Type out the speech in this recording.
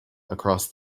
across